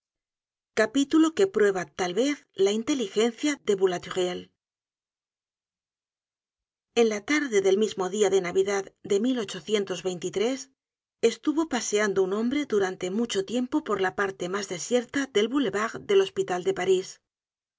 capítulo que prueba tal vez la inteligencia de boulatbuelle en la tarde del mismo dia de navidad de estuvo paseando un hombre durante mucho tiempo por la parte mas desierta del boulevard del hospital de parís